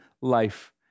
life